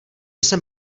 jsem